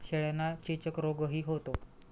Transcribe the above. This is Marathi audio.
शेळ्यांना चेचक रोगही होतो